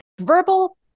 Verbal